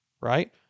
right